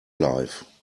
life